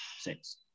six